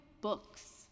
books